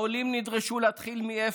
העולים נדרשו להתחיל מאפס,